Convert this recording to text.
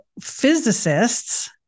physicists